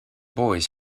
boys